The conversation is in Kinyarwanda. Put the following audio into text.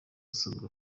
usanzwe